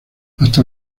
hasta